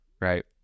Right